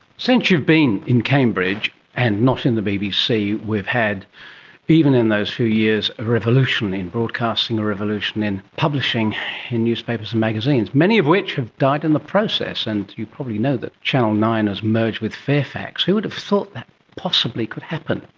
since you've been in cambridge and not in the bbc, we've had even in those few years a revolution in broadcasting, a revolution in publishing in newspapers and magazines, many of which have died in the process, and you probably know that channel nine has merged with fairfax. who would have thought that possibly could happen.